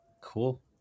Cool